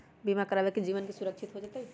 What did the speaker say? बीमा करावे से जीवन के सुरक्षित हो जतई?